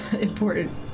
Important